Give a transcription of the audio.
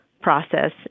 process